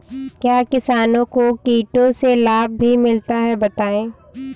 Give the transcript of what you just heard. क्या किसानों को कीटों से लाभ भी मिलता है बताएँ?